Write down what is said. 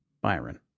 Byron